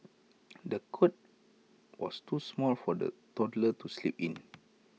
the cot was too small for the toddler to sleep in